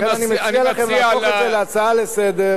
לכן אני מציע לכם להפוך את זה להצעה לסדר-היום,